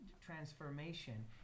transformation